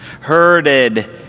herded